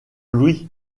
lui